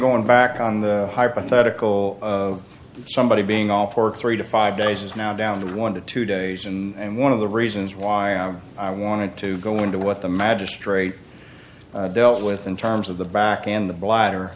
going back on the hypothetical of somebody being off for three to five days is now down to one to two days and one of the reasons why i wanted to go into what the magistrate dealt with in terms of the back and the bladder